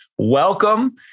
Welcome